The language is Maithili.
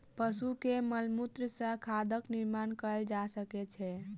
पशु के मलमूत्र सॅ खादक निर्माण कयल जा सकै छै